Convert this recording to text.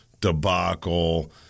debacle